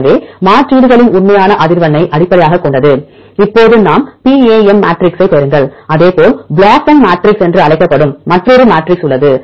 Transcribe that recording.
எனவே மாற்றீடுகளின் உண்மையான அதிர்வெண்ணை அடிப்படையாகக் கொண்டது இப்போது நாம் பிஏஎம் மேட்ரிக்ஸைப் பெறுங்கள் அதேபோல் BLOSUM மேட்ரிக்ஸ் என்று அழைக்கப்படும் மற்றொரு மேட்ரிக்ஸ் உள்ளது